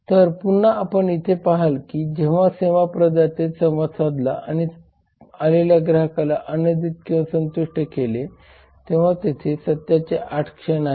तर पुन्हा आपण इथे पहाल की जेव्हा सेवा प्रदात्याने संवाद साधला आणि आलेल्या ग्राहकाला आनंदित किंवा संतुष्ट केले तेव्हा तेथे सत्याचे 8 क्षण आहेत